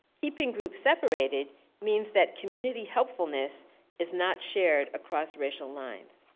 keeping groups separated means that community helpfulness is not shared across racial lines.